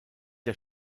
der